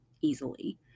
easily